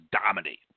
dominate